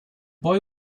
boy